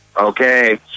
Okay